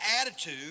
attitude